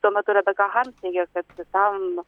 tuo metu rebeka harms teigė kad tam